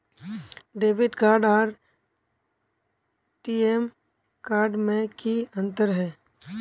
Debit card आर TM card में की अंतर है?